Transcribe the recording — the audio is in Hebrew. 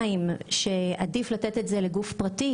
המסקנה השנייה היא שעדיף לתת את זה לגוף פרטי,